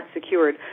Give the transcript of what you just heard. secured